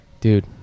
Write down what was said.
Dude